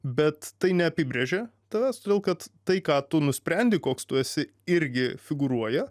bet tai neapibrėžia tavęs todėl kad tai ką tu nusprendi koks tu esi irgi figūruoja